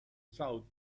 south